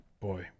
Boy